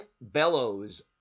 Bellows